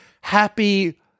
Happy